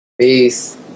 Peace